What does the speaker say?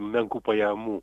menkų pajamų